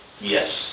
yes